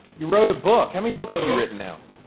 you wrote a book, how many books have you written now?